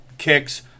Kicks